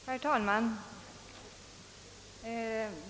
Herr talman!